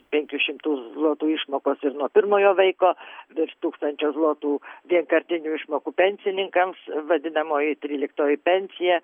penkių šimtų zlotų išmokos ir nuo pirmojo vaiko virš tūkstančio zlotų vienkartinių išmokų pensininkams vadinamoji tryliktoji pensija